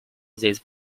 this